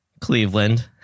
Cleveland